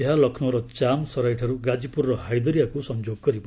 ଏହା ଲକ୍ଷ୍ନୌର ଚାନ୍ଦ ସରାଇଠାରୁ ଗାଜ୍ଚିପୁରର ହାଇଦରିଆକୁ ସଂଯୋଗ କରିବ